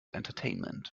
entertainment